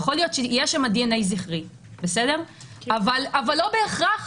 יכול להיות שיש שם דנ"א זכרי, אבל לא בהכרח